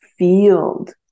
Field